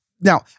Now